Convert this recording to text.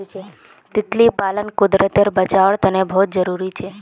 तितली पालन कुदरतेर बचाओर तने बहुत ज़रूरी छे